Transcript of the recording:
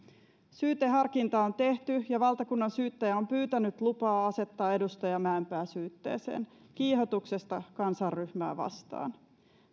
syyteharkinta on tehty ja valtakunnansyyttäjä on pyytänyt lupaa asettaa edustaja mäenpää syytteeseen kiihotuksesta kansanryhmää vastaan